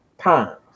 times